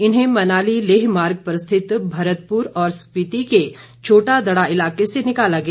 इन्हें मनाली लेह मार्ग पर स्थित भरतपुर और स्पीति के छोटा दड़ा इलाके से निकाला गया